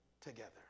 together